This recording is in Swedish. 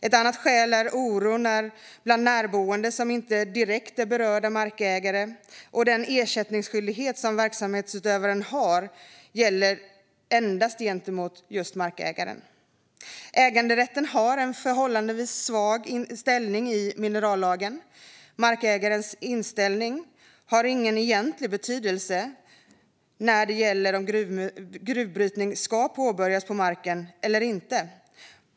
Ett annat skäl är oro bland närboende som inte är direkt berörda markägare. Den ersättningsskyldighet som verksamhetsutövaren har gäller endast gentemot markägaren. Äganderätten har en förhållandevis svag ställning i minerallagen. Markägarens inställning har ingen egentlig betydelse när det gäller om gruvbrytning ska påbörjas på marken eller inte.